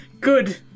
Good